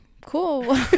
Cool